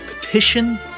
petition